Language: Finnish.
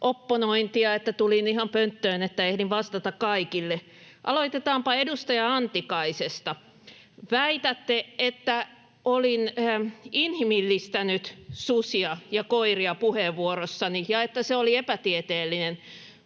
opponointia, että tulin ihan pönttöön, että ehdin vastata kaikille. Aloitetaanpa edustaja Antikaisesta. Väitätte, että olin inhimillistänyt susia ja koiria puheenvuorossani ja että se oli epätieteellinen.